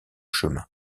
chemins